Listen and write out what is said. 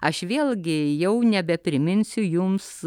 aš vėlgi jau nebepriminsiu jums